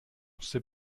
c’est